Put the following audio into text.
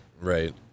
Right